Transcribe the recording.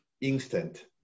instant